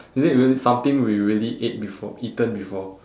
is it really something we really ate befo~ eaten before